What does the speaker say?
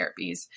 therapies